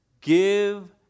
give